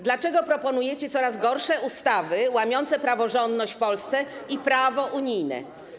Dlaczego proponujecie coraz gorsze ustawy łamiące praworządność w Polsce i prawo unijne?